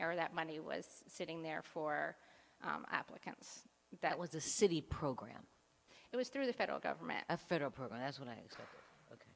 or that money was sitting there for applicants that was the city program it was through the federal government a federal program that's what i